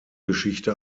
geschichte